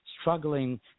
struggling